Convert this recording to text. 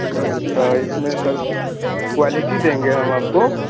sir इसमें sir quality देंगे हम आपको